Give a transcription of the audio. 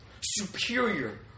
superior